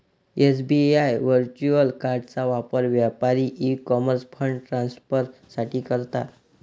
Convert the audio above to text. SBI virtual कार्डचा वापर व्यापारी ई कॉमर्स फंड ट्रान्सफर साठी करतात